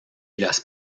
las